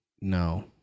No